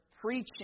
preaching